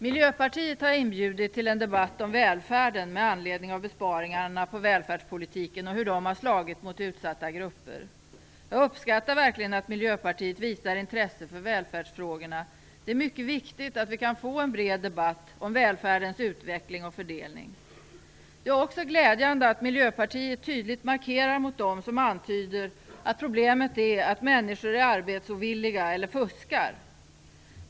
Miljöpartiet har inbjudit till en debatt om välfärden med anledning av besparingarna inom välfärdspolitiken och hur de har slagit mot utsatta grupper. Jag uppskattar verkligen att Miljöpartiet visar intresse för välfärdsfrågorna. Det är mycket viktigt att vi kan få en bred debatt om välfärdens utveckling och fördelning. Det är också glädjande att Miljöpartiet tydligt markerar mot dem som antyder att problemet är att människor är arbetsovilliga eller fuskar.